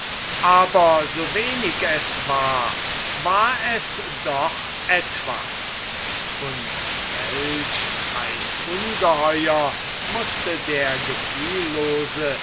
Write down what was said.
aber so wenig es war war es doch etwas und welch ein ungeheuer mußte der gefühllose